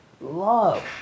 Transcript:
Love